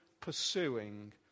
pursuing